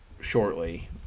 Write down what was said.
shortly